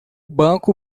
banco